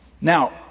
Now